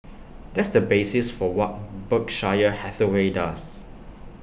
that's the basis for what Berkshire Hathaway does